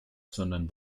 sondern